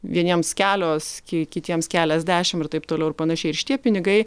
vieniems kelios ki kitiems keliasdešimt ir taip toliau ir panašiai ir šitie pinigai